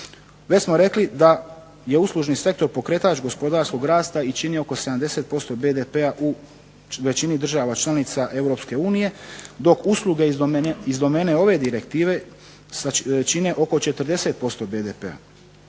Već smo rekli da je uslužni sektor pokretač gospodarskog rasta i čini oko 70% BDP-a u većini država članica Europske unije, dok usluge iz domene ove direktive čine oko 40% BDP-a.